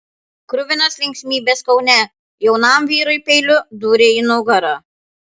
kruvinos linksmybės kaune jaunam vyrui peiliu dūrė į nugarą